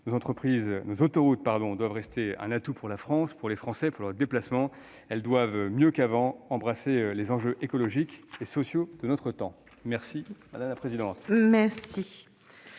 Nos autoroutes doivent rester un atout pour la France, pour les Français, pour leurs déplacements. Elles doivent, mieux qu'avant, embrasser les enjeux écologiques et sociaux de notre temps. Nous allons maintenant